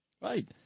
right